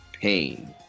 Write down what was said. pain